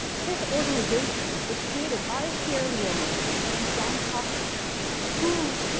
this organization was created by a sierra leonean named john caulker who,